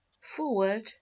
forward